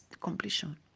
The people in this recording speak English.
completion